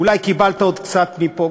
אולי קיבלת עוד קצת מפה,